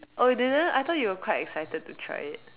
oh you didn't I thought you were quite excited to try it